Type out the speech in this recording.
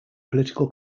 political